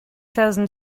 thousand